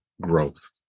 growth